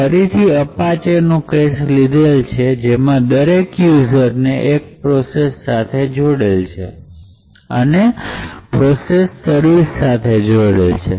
ફરી અપાચે નો કેસ છે કે જેમાં દરેક યુઝર્સ એક પ્રોસેસ સાથે જોડાયેલ છે અને પ્રોસેસ સર્વિસ સાથે જોડાયેલ છે